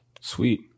Sweet